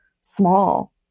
small